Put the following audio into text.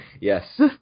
Yes